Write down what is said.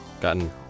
gotten